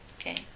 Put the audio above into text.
Okay